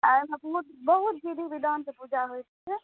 आओर एहिमे बहुत बहुत विधि विधानसँ पूजा होइ छै